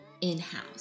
in-house